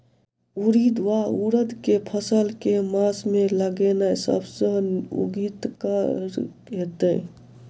उड़ीद वा उड़द केँ फसल केँ मास मे लगेनाय सब सऽ उकीतगर हेतै?